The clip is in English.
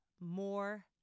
more